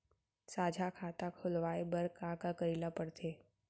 साझा खाता खोलवाये बर का का करे ल पढ़थे?